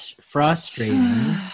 Frustrating